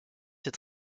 ses